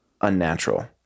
unnatural